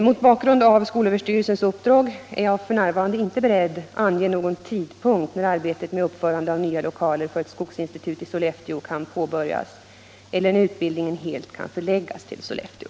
Mot bakgrund av skolöverstyrelsens uppdrag är jag f. n. inte beredd att ange någon tidpunkt när arbetet med uppförande av nya lokaler för ett skogsinstitut i Sollefteå kan påbörjas eller när utbildningen helt kan förläggas till Sollefteå.